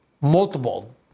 multiple